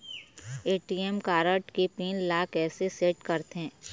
ATM card के pin ला कैसे सेट करथे?